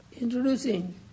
introducing